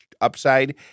UPSIDE